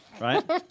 Right